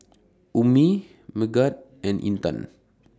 Ummi Megat and Intan